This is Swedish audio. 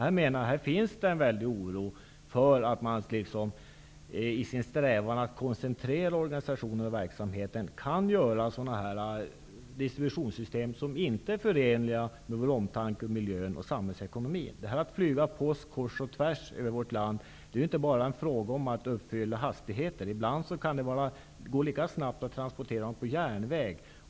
Det finns en stor oro för att man i sin strävan att koncentrera organisationen och verksamheten, kan göra distributionssystem som inte är förenliga med vår omtanke om miljön och samhällsekonomin. När man flyger post kors och tvärs över vårt land gäller det inte bara hastigheten. Ibland kan det gå lika snabbt att transportera posten på järnväg.